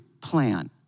plan